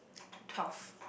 twelve